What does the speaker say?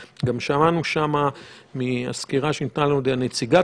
שמענו מהסקירה שניתנה לנו על ידי נציגת